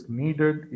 needed